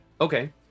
Okay